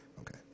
okay